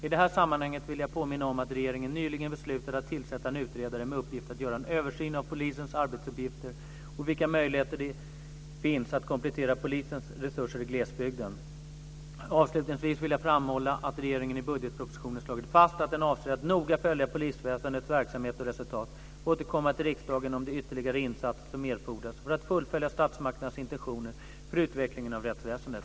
I det här sammanhanget vill jag påminna om att regeringen nyligen beslutade att tillsätta en utredare med uppgift att göra en översyn av polisens arbetsuppgifter och vilka möjligheter det finns att komplettera polisens resurser i glesbygden . Avslutningsvis vill jag framhålla att regeringen i budgetpropositionen slagit fast att den avser att noga följa polisväsendets verksamhet och resultat och återkomma till riksdagen om de ytterligare insatser som erfordras för att fullfölja statsmakternas intentioner för utvecklingen av rättsväsendet.